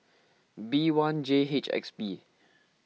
B one J H X P